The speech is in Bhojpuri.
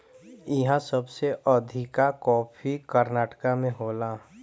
इहा सबसे अधिका कॉफ़ी कर्नाटक में होला